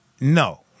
No